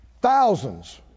thousands